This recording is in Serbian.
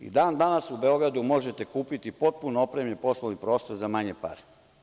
I dan dan danas u Beogradu možete kupiti potpuno opremljen poslovni prostor za manje pare.